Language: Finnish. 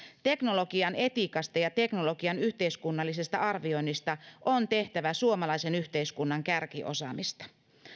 teknologian etiikasta ja teknologian yhteiskunnallisesta arvioinnista on tehtävä suomalaisen yhteiskunnan kärkiosaamista